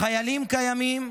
החיילים קיימים,